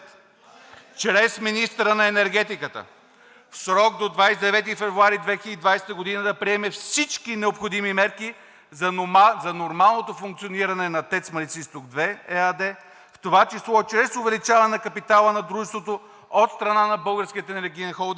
чрез Министъра на енергетиката в срок до 29 февруари 2020 г. да приеме всички необходими мерки за нормалното функциониране на „ТЕЦ Марица-Изток 2“ ЕАД, в това число чрез увеличаване капитала на дружеството от страна на Българския енергиен холдинг,